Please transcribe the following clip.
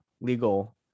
legal